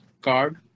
card